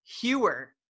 Hewer